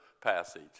passage